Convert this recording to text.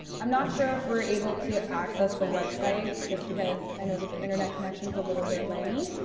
i'm not sure if we're able to access the website, just because i know that the internet connection's a little bit laggy,